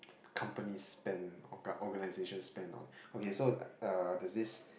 company spend co~ organisation spend on okay so uh there's this